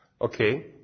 Okay